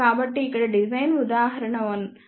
కాబట్టి ఇక్కడ డిజైన్ ఉదాహరణ 1